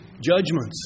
judgments